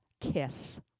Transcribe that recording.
Kiss